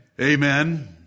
Amen